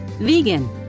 vegan